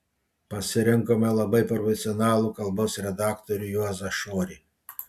pasirinkome labai profesionalų kalbos redaktorių juozą šorį